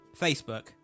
Facebook